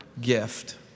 gift